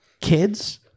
kids